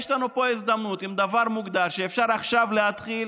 יש לנו פה הזדמנות עם דבר מוגדר שאפשר עכשיו להתחיל,